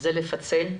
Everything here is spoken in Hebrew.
זה לפצל.